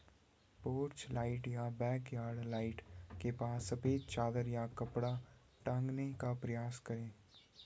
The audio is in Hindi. पोर्च लाइट या बैकयार्ड लाइट के पास सफेद चादर या कपड़ा टांगने का प्रयास करें